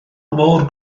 mor